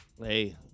hey